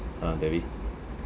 ah debbie